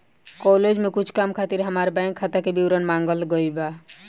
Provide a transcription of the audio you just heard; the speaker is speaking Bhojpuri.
कॉलेज में कुछ काम खातिर हामार बैंक खाता के विवरण मांगल गइल बा